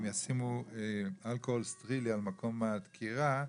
הם ישימו אלכוהול סטרילי על מקום הדקירה,